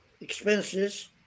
expenses